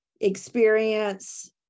experience